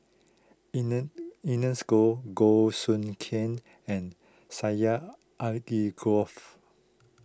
Erne Ernest Goh Goh Soo Khim and Syed Alsagoff